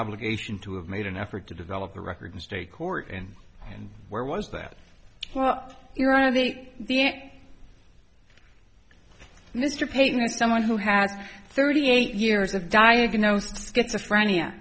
obligation to have made an effort to develop a record in state court and where was that well you're on the the end mr peyton as someone who has thirty eight years of diagnosed schizophrenia